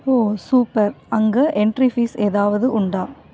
ஓ super அங்கே entry fees எதாவது உண்டா